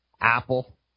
Apple